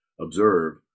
observe